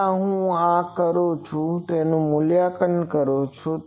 પહેલા હું આ કરુંહું તેનું મૂલ્યાંકન કરું છું